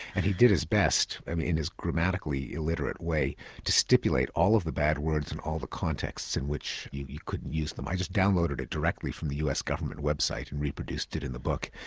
and he did his best in his grammatically illiterate way to stipulate all of the bad words and all the contexts in which you you couldn't use them. i just downloaded it directly from the us government website and reproduced it in the book.